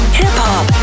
hip-hop